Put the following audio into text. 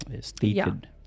stated